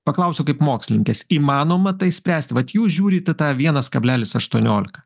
paklausiu kaip mokslininkės įmanoma tai spręsti vat jūs žiūrite tą vienas kablelis aštuoniolika